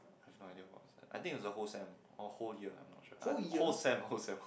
I have no idea what was that I think is the whole sem or a whole year I'm not sure I whole sem whole sem